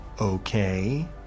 Okay